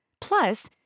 Plus